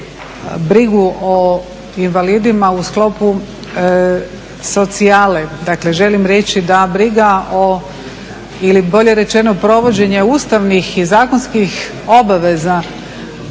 brigu o invalidima u sklopu socijale. Dakle želim reći da briga ili bolje rečeno provođenje ustavnih i zakonskih obaveza